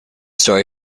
story